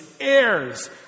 Heirs